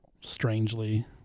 strangely